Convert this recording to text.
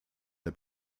der